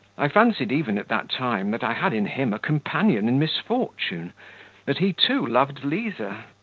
i fancied even at that time that i had in him a companion in misfortune that he too loved liza.